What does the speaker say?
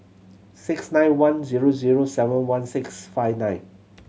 six nine one zero zero seven one six five nine